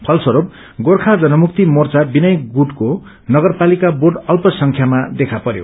फलस्वरूप गोर्खा जुनमुक्ति मोर्चा विनय गुटको नगरपालिका बोर्ड अल्प संख्यामा देखा परयो